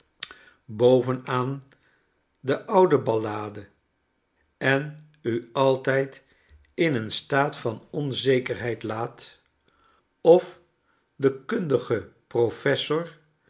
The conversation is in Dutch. aan de oude ballade en u altijd in een staat van onzekerheid laat of de kundige professor